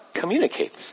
communicates